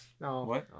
No